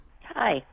Hi